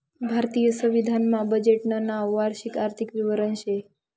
भारतीय संविधान मा बजेटनं नाव वार्षिक आर्थिक विवरण शे